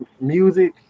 music